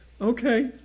Okay